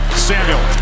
Samuel